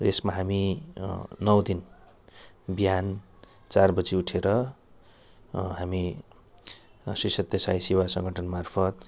र यसमा हामी नौ दिन बिहान चार बजी उठेर हामी श्री सत्य सेवा साइ सङ्गठनमार्फत